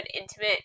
intimate